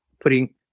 putting